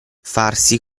farsi